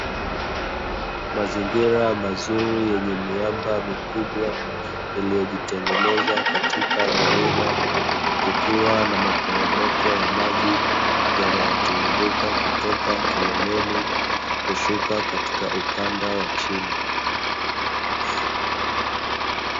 Mazingira mazuri yenye miamba mikubwa iliyojitengeneza katika milima, kukiwa na maporomoko ya maji, yanayotiririka kutoka kileleni, kushuka katika ukanda wa chini.